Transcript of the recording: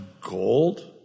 gold